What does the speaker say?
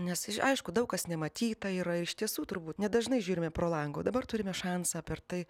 nes aišku daug kas nematyta yra iš tiesų turbūt nedažnai žiūrime pro langą o dabar turime šansą per tai